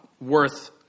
worth